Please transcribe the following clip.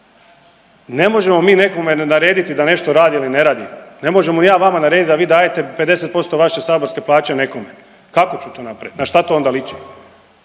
Ne možemo mi nekome narediti da nešto radimo ili ne radimo, ne možemo ni ja vama narediti da vi dajete 50% vaše saborske plaće nekome, kako ću to napravit na šta to onda liči?